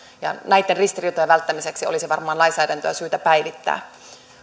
näitten ristiriitojen välttämiseksi olisi varmaan lainsäädäntöä syytä päivittää